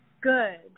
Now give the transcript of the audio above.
Good